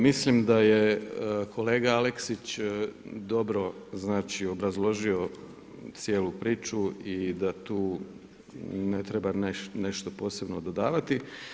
Mislim da je kolega Aleksić dobro obrazložio cijelu priču i da tu ne treba nešto posebno dodavati.